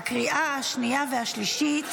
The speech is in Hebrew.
לקריאה השנייה והשלישית.